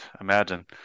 imagine